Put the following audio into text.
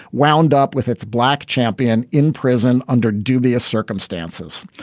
wound up with its black champion in prison under dubious circumstances.